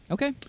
Okay